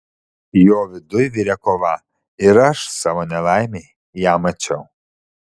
jo viduj virė kova ir aš savo nelaimei ją mačiau